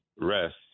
rest